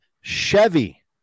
Chevy